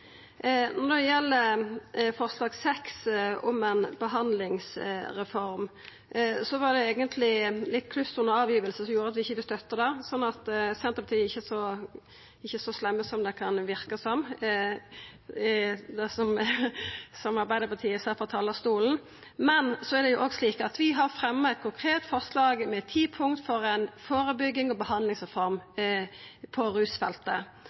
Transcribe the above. Når det gjeld forslag nr. 6, om ei behandlingsreform, var det eigentleg litt kluss under framlegginga som gjorde at vi ikkje vil støtta det, så Senterpartiet er ikkje så slemme som det kan verka, som Arbeidarpartiet sa noko om frå talarstolen. Vi har fremja eit konkret forslag med ti punkt om ei førebyggings- og behandlingsreform på rusfeltet. Vi kan stemma for dette forslaget i dag, men dette kjem vi tilbake igjen til, og